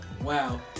Wow